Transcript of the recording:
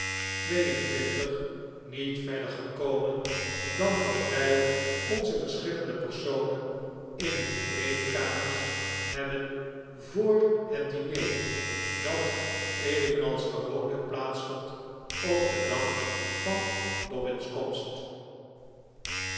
niet verder gekomen dan dat wij onze verschillende personen in hun kleedkamers hebben voor het diner dat evenals gewoonlijk plaats vond op den dag van